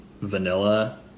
vanilla